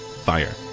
fire